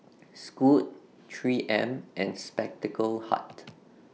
Scoot three M and Spectacle Hut